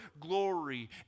glory